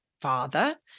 father